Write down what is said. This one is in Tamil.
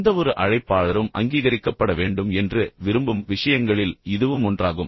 எந்தவொரு அழைப்பாளரும் அங்கீகரிக்கப்பட வேண்டும் என்று விரும்பும் விஷயங்களில் இதுவும் ஒன்றாகும்